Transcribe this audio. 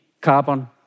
carbon